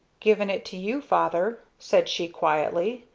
given it to you, father, said she quietly,